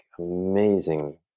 amazing